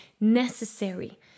necessary